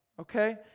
Okay